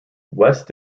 west